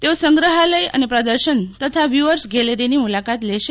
તેઓ સંગ્રહાલય અને પ્રદર્શન તથા વ્યૂઅર્સ ગેલેરીની મુલાકાત લેશે